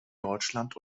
deutschland